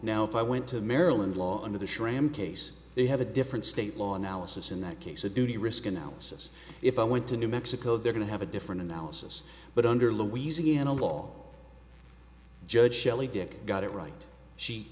now if i went to maryland law under the sram case they have a different state law analysis in that case a duty risk analysis if i went to new mexico they're going to have a different analysis but under louisiana law judge shelley dic got it right she